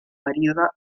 període